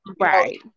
right